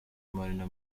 marina